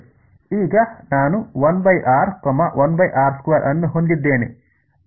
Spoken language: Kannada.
ಈಗ ನಾನು ಅನ್ನು ಹೊಂದಿದ್ದೇನೆ ಈ ಎಲ್ಲಾ ವಿಭಿನ್ನ ಪದಗಳು ಬರುತ್ತಿವೆ